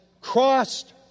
crossed